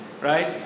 right